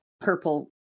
purple